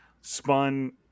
spun